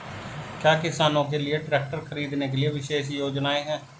क्या किसानों के लिए ट्रैक्टर खरीदने के लिए विशेष योजनाएं हैं?